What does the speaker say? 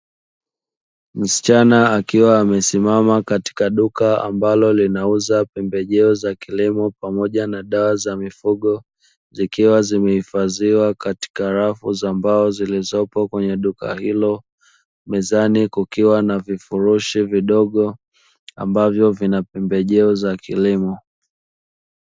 Msichana akiwa amesimama katika duka ambalo linauza pembejeo za kilimo, pamoja na dawa za mifugo zikiwa zimehifadhiwa katika rafu za mbao zilizopo kwenye duka hilo. Mezani kukiwa na vifurushi vidogo ambavyo vina pembejeo za kilimo.